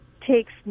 takes